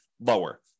lower